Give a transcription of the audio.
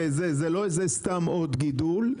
זה לא סתם עוד גידול,